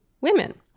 women